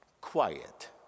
quiet